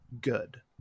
good